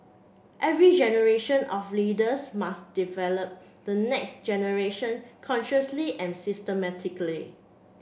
every generation of leaders must develop the next generation consciously and systematically